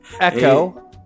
Echo